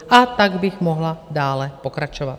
A tak bych mohla dále pokračovat.